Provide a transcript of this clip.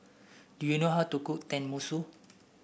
do you know how to cook Tenmusu